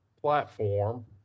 platform